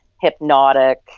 hypnotic